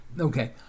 Okay